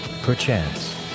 perchance